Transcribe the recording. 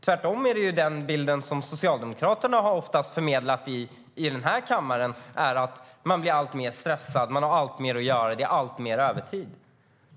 Tvärtom är den bild som Socialdemokraterna oftast har förmedlat i den här kammaren att man blir alltmer stressad, har alltmer att göra och att det är alltmer övertid.